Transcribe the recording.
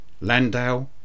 Landau